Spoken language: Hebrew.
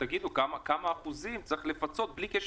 תגידו כמה אחוזים צריך לפצות, בלי קשר